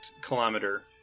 kilometer